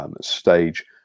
stage